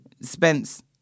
Spence